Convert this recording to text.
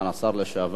השר לשעבר.